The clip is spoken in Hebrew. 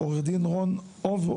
ד"ר עמיחי, יש לך עוד משהו לומר?